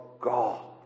God